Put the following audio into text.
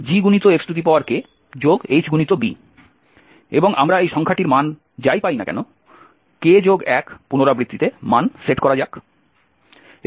এবং আমরা এই সংখ্যাটির মান যাই পাই না কে k1 পুনরাবৃত্তিতে মান সেট করা যাক